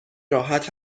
راحت